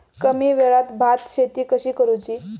कमी वेळात भात शेती कशी करुची?